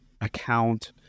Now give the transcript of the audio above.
account